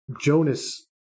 Jonas